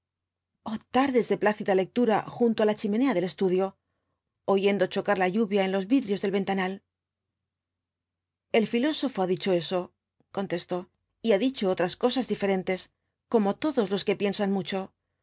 tardes de plácida lectura junto á la chimenea del estudio oyendo chocar la lluvia en los vidrios del ventanal el filósofo ha dicho eso contestó y ha dicho otras cosas diferentes como todos los que piensan mucho